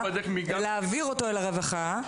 להעביר אותו אל הרווחה,